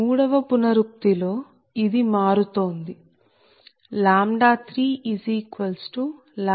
మూడవ పునరుక్తి లో ఇది మారుతోంది 107